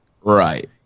Right